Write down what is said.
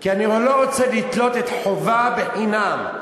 כי אני לא רוצה לתלות את "חובה" ב"חינם",